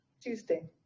tuesday